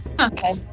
Okay